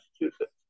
Massachusetts